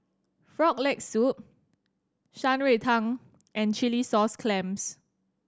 Frog Leg Soup Shan Rui Tang and chilli sauce clams